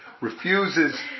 refuses